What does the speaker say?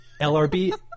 LRB